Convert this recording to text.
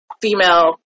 female